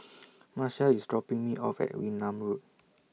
Marshall IS dropping Me off At Wee Nam Road